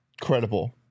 credible